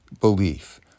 belief